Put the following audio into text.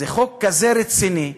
זה חוק כזה רציני,